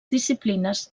disciplines